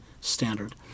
standard